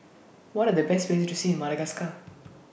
What Are The Best Places to See in Madagascar